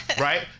right